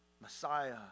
Messiah